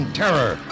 terror